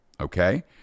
okay